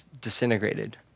disintegrated